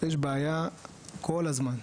יש בעיה כל הזמן.